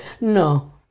no